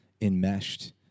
enmeshed